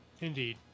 Indeed